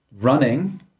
running